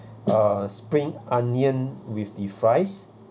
uh spring onion with the fries